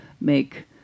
make